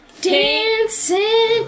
dancing